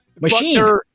Machine